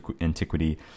antiquity